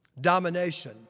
domination